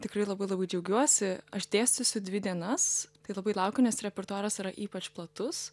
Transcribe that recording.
tikrai labai labai džiaugiuosi aš dėstysiu dvi dienas tai labai laukiu nes repertuaras yra ypač platus